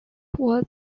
was